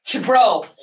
Bro